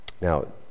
Now